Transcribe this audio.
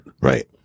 Right